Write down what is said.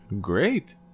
Great